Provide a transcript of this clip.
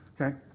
Okay